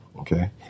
okay